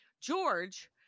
George